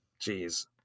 Jeez